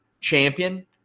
champion